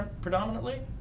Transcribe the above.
predominantly